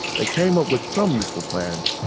they came up with some useful plans,